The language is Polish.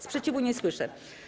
Sprzeciwu nie słyszę.